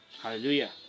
Hallelujah